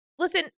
listen